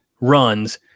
runs